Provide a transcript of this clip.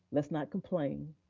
let's not complain.